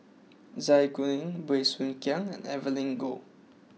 Zai Kuning Bey Soo Khiang and Evelyn Goh